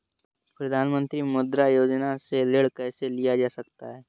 प्रधानमंत्री मुद्रा योजना से ऋण कैसे लिया जा सकता है?